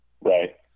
Right